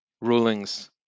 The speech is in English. rulings